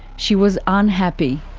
she was unhappy.